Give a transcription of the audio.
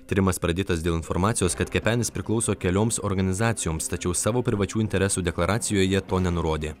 tyrimas pradėtas dėl informacijos kad kepenis priklauso kelioms organizacijoms tačiau savo privačių interesų deklaracijoje to nenurodė